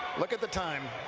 look at the time,